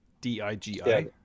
D-I-G-I